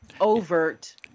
overt